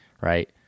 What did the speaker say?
right